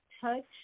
touch